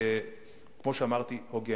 כמו שאמרתי, הוגנת.